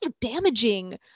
damaging